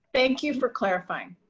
thank you for clarifying.